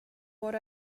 what